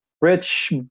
Rich